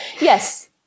yes